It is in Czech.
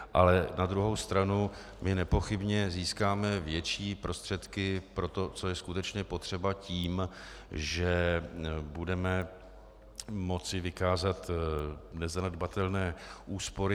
Ale na druhou stranu my nepochybně získáme větší prostředky pro to, co je skutečně potřeba, tím, že budeme moci vykázat nezanedbatelné úspory.